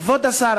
כבוד השר,